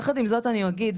יחד עם זאת אני אגיד,